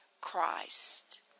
Christ